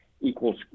equals